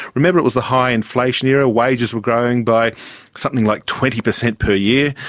remember it was the high inflation era, wages were growing by something like twenty percent per year,